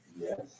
Yes